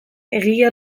egile